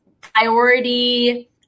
priority